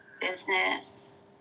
business